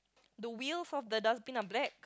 do wheels of the dustbin are black